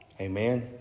Amen